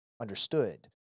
understood